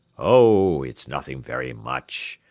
oh, it is nothing very much.